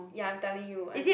ya I'm telling you uh